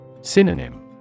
Synonym